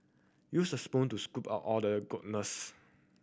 use a spoon to scoop out all the goodness